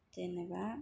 जेनेबा